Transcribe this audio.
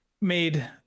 made